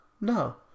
No